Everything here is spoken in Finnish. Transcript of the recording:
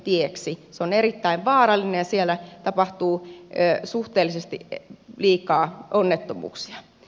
se on erittäin vaarallinen ja siellä tapahtuu suhteellisesti liikaa onnettomuuksia